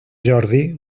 jordi